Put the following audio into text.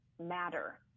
matter